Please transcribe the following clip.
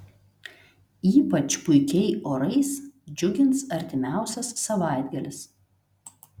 ypač puikiai orais džiugins artimiausias savaitgalis